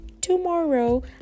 tomorrow